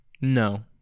No